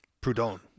Proudhon